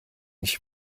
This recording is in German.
nicht